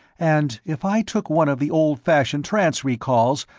and if i took one of the old-fashioned trance-recalls,